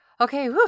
Okay